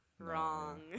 Wrong